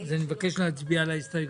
אז אני מבקש להצביע על ההסתייגויות.